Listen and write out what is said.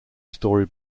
storey